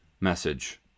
message